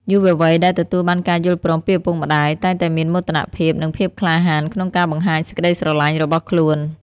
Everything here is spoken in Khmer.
យុវវ័យដែលទទួលបានការយល់ព្រមពីឪពុកម្ដាយ តែងតែមានមោទនភាព និងភាពក្លាហានក្នុងការបង្ហាញសេចក្ដីស្រឡាញ់របស់ខ្លួន។